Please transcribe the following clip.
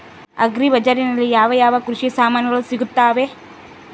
Agri ಬಜಾರಿನಲ್ಲಿ ಯಾವ ಯಾವ ಕೃಷಿಯ ಸಾಮಾನುಗಳು ಸಿಗುತ್ತವೆ?